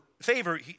favor